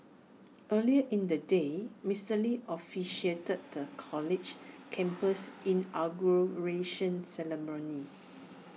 earlier in the day Mister lee officiated the college's campus inauguration ceremony